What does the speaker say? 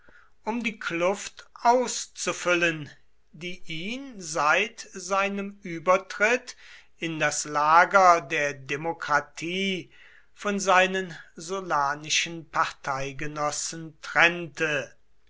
um die kluft auszufüllen die ihn seit seinem übertritt in das lager der demokratie von seinen sullanischen parteigenossen trennte